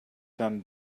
than